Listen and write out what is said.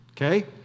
okay